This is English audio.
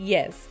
Yes